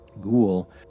Ghoul